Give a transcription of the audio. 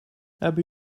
hebben